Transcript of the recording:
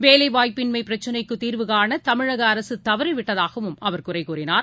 வேலைவாய்ப்பின்மைபிர்ச்சினைக்குதீர்வு காணதமிழகஅரசுதவறிவிட்டதாகவும் அவர் குறைகூறினார்